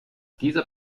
dieser